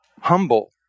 humble